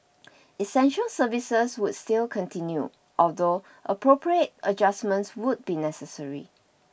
essential services would still continue although appropriate adjustments would be necessary